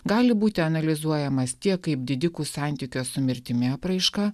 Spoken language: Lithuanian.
gali būti analizuojamas tiek kaip didikų santykio su mirtimi apraiška